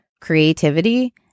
creativity